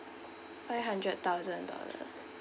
five hundred thousand dollars